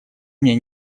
мне